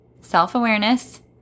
self-awareness